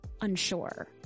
unsure